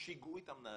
שיגעו את המנהלים.